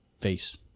face